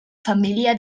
família